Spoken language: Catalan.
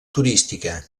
turística